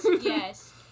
yes